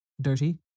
Dirty